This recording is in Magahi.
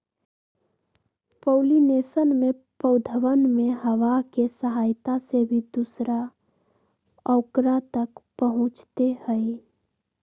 पॉलिनेशन में पौधवन में हवा के सहायता से भी दूसरा औकरा तक पहुंचते हई